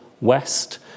West